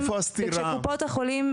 איפה הסתירה?